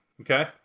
okay